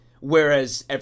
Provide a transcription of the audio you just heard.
whereas